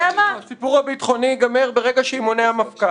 אתה יודע מה --- הסיפור הביטחוני יגמר ברגע שימונה המפכ"ל.